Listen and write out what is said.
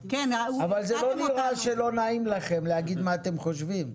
אבל זה לא נראה שלא נעים לכם להגיד מה אתם חושבים.